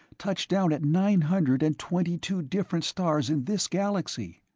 touch down at nine hundred and twenty-two different stars in this galaxy!